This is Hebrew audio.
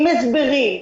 עם הסברים,